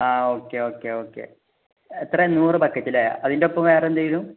ആ okay okay okay എത്രയാണ് നൂറ് പാക്കറ്റ് അല്ലേ അതിൻ്റ ഒപ്പം വേറെ എന്തെങ്കിലും